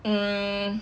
hmm